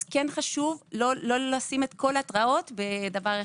לכן, חשוב שלא לשים את כל ההתרעות בדבר אחד.